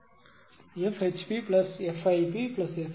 F HPF IPF LP 1